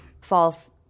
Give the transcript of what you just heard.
false